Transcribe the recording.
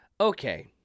Okay